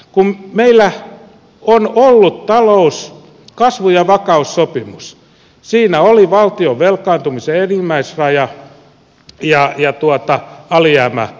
kun meillä on ollut talous kasvu ja vakaussopimus siinä olivat valtion velkaantumisen enimmäisraja ja alijäämäasiat